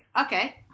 Okay